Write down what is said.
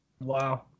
wow